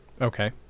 Okay